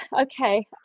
okay